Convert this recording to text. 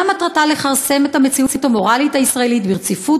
אלא מטרתה לכרסם את המציאות המורלית הישראלית ברציפות